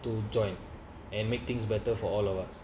to join and make things better for all of us